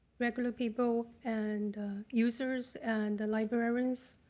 regular people and users and the librarians